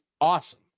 awesome